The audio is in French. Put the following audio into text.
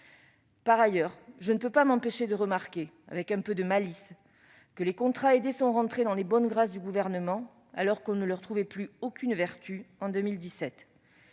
Par ailleurs, je ne peux m'empêcher de remarquer, avec un peu de malice, que les contrats aidés sont rentrés dans les bonnes grâces du Gouvernement, alors qu'on ne leur trouvait plus aucune vertu en 2017.